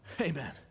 Amen